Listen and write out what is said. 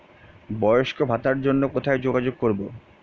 বয়স্ক ভাতার জন্য কোথায় যোগাযোগ করব?